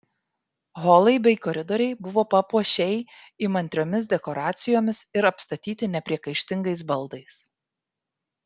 holai bei koridoriai buvo papuošei įmantriomis dekoracijomis ir apstatyti nepriekaištingais baldais